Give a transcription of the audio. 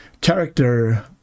character